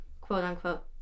quote-unquote